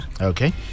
Okay